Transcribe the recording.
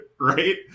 right